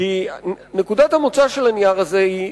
כי נקודת המוצא של הנייר הזה היא,